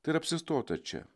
tai ir apsistota čia